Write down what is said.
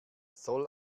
soll